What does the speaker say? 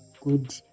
good